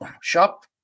shop